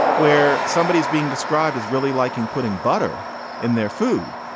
where somebody is being described as really liking putting butter in their food.